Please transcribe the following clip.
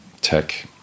tech